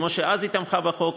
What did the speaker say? כמו שאז היא תמכה בחוק,